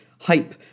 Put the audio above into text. hype